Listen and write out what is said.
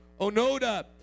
Onoda